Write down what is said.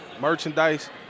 merchandise